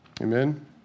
Amen